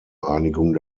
einigung